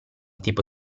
tipo